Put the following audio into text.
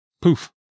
poof